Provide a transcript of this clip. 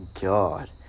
god